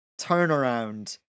turnaround